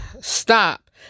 stop